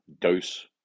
dose